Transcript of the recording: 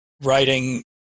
writing